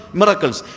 miracles